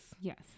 Yes